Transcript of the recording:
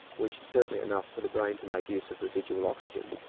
which is certainly enough for the brain to make use of residual oxygen.